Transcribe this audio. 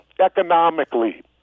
economically